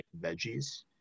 veggies